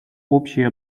общий